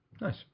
Nice